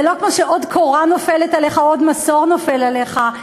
זה לא כמו שעוד קורה נופלת עליך או עוד מסור נופל עליך,